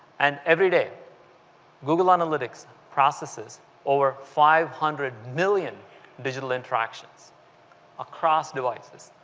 and everyday google analytics processes over five hundred million digital interactions across devices,